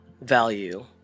value